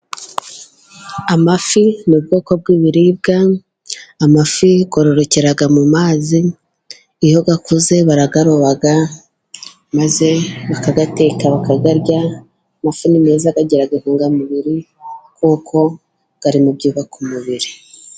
Amafi ni ubwoko bw'ibiribwa, amafi yororokera mu mazi, iyo akuze barayaroba maze bakayateka bakayarya, amafi ni meza agira intungamubiri kuko ari mu byubaka umubiri.